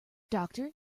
doctor